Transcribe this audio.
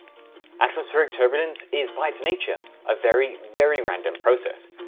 atmospheric turbulence is by its nature a very, very random process,